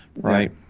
right